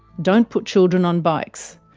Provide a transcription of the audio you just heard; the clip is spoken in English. don't put children on bikes.